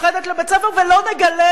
לבית-הספר ולא נגלה,